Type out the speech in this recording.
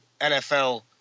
NFL